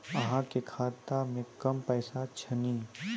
अहाँ के खाता मे कम पैसा छथिन?